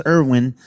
Irwin